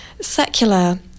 secular